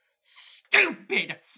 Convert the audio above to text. stupid